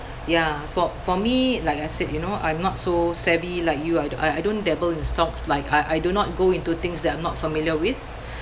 ya for for me like I said you know I'm not so savvy like you I d~ I don't dabble in stocks like I I do not go into things that I'm not familiar with